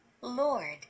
Lord